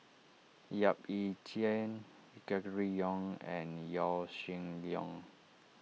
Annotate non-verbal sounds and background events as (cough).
Yap Ee Chian (noise) Gregory Yong and Yaw Shin Leong